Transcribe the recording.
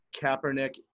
Kaepernick